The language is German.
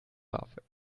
bafög